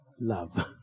love